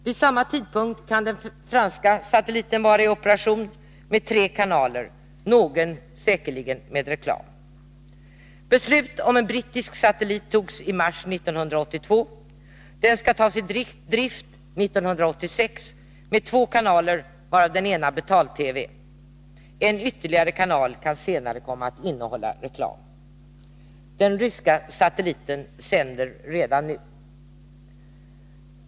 Vid samma tidpunkt kan den franska satelliten vara i operation med tre kanaler, någon säkert med reklam. Beslut om en brittisk satellit togs i mars 1982. Den skall tas i drift 1986 med två kanaler varav den ena betal-TV. En ytterligare kanal kan senare komma att innehålla reklam. Den ryska satelliten sänder redan nu.